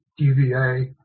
DVA